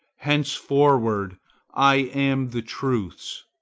henceforward i am the truth's.